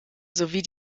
sowie